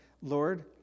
lord